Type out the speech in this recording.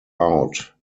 out